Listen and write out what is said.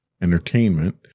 entertainment